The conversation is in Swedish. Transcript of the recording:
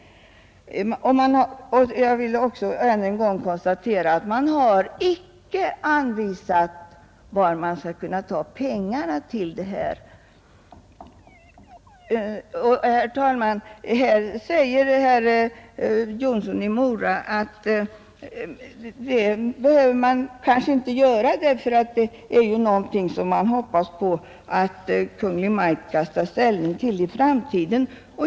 Jag vill ännu en gång konstatera att man icke anvisat var pengarna till detta skall kunna tas. Herr Jonsson i Mora sade att man inte behöver göra det, därför att det är någonting som man hoppas att Kungl. Maj:t skall ta ställning till i framtiden.